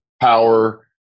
power